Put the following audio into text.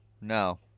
No